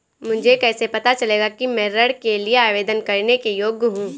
मुझे कैसे पता चलेगा कि मैं ऋण के लिए आवेदन करने के योग्य हूँ?